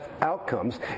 outcomes